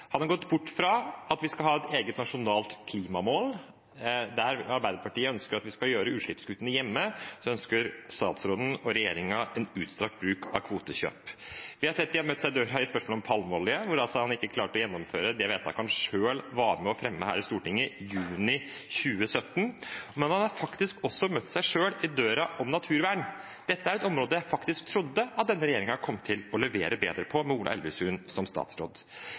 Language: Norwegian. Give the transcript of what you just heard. Han har gått bort fra at vi skal ha et eget nasjonalt klimamål. Der Arbeiderpartiet ønsker at vi skal gjøre utslippskuttene hjemme, ønsker statsråden og regjeringen en utstrakt bruk av kvotekjøp. Vi har sett at de har møtt seg selv i døren i spørsmålet om palmeolje, hvor statsråden ikke klarer å gjennomføre det vedtaket han selv var med på å fremme her i Stortinget juni 2017, men han har faktisk også møtt seg selv i døren i spørsmålet om naturvern. Dette er et område hvor jeg faktisk trodde at denne regjeringen kom til å levere bedre med Ola Elvestuen som statsråd.